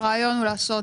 הרעיון הוא לעשות